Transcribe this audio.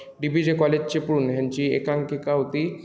D B J college Chiplun ह्यांची एकांकिका होती